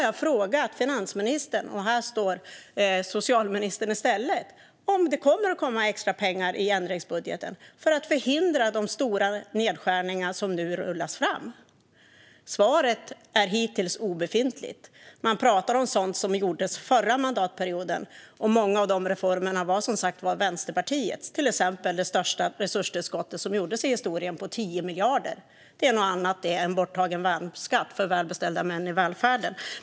Jag frågade finansministern, men här står socialministern i stället, om det kommer extrapengar i ändringsbudgeten för att förhindra de stora nedskärningar som nu ska ske. Svaret är hittills obefintligt. Ni talar om sådant som gjordes förra mandatperioden. Många av dessa reformer var som sagt Vänsterpartiets, till exempel det största resurstillskottet i historien, på 10 miljarder. Det är något annat än borttagen värnskatt för välbeställda män i Danderyd.